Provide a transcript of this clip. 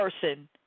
person